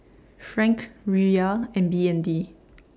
Franc Riyal and B N D